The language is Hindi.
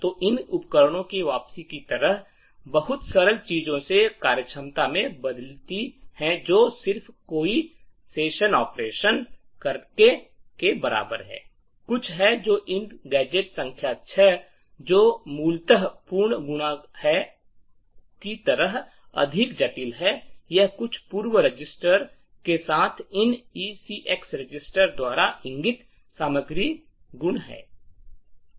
तो इन उपकरणों की वापसी की तरह बहुत सरल चीजों से कार्यक्षमता में बदलती हैं जो सिर्फ कोई सेशन आपरेशन करने के बराबर है कुछ है जो इस गैजेट संख्या 6 जो मूलतः पूर्ण्य गुणा है की तरह अधिक जटिल है यह कुछ पूर्व रजिस्टर के साथ इन ECX रजिस्टर द्वारा इंगित सामग्री गुणा